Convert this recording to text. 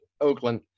Oakland